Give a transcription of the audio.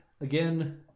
Again